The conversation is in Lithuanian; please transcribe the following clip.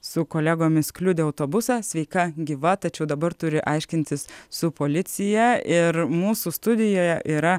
su kolegomis kliudė autobusą sveika gyva tačiau dabar turi aiškintis su policija ir mūsų studijoje yra